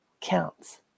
counts